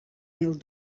mil